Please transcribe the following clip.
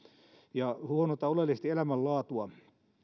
ja huonontaa oleellisesti elämänlaatua